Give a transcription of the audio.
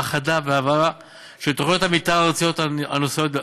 האחדה והעברה של תוכניות המתאר הארציות הנושאיות,